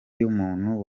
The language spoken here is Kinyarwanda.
y’umuntu